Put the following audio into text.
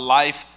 life